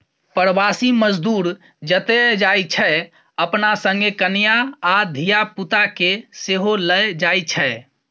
प्रबासी मजदूर जतय जाइ छै अपना संगे कनियाँ आ धिया पुता केँ सेहो लए जाइ छै